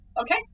Okay